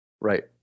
Right